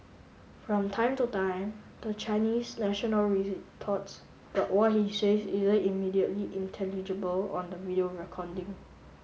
from time to time the Chinese national but what he says isn't immediately intelligible on the video